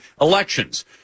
elections